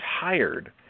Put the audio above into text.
tired